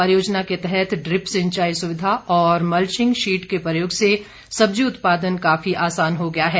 परियोजना के तहत ड्रिप सिंचाई सुविधा और मल्विंग शीट के प्रयोग से सब्जी उत्पादन काफी आसान हो गया है